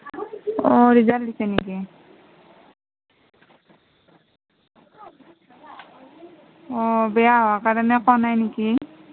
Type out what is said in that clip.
অঁ ৰিজাল্ট দিছে নেকি অঁ বেয়া হোৱা কাৰণে ক নাই নেকি